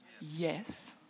Yes